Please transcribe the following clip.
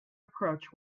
approach